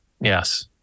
Yes